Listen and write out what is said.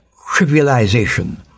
trivialization